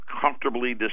comfortably